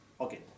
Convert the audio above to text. Okay